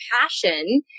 passion